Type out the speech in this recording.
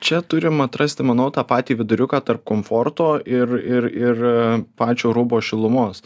čia turim atrasti manau tą patį viduriuką tarp komforto ir ir ir pačio rūbo šilumos